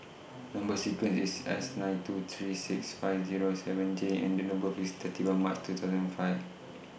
Number sequence IS S nine two three six five Zero seven J and Date of birth IS thirty one March two thousand five